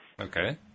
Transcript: Okay